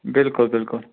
بالکل بالکل